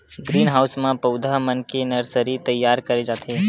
green house म पउधा मन के नरसरी तइयार करे जाथे